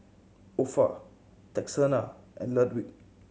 Opha Texanna and Ludwig